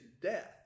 death